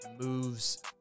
moves